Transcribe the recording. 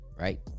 right